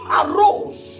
arose